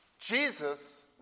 Jesus